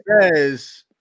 says